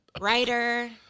writer